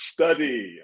Study